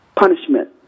Punishment